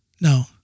No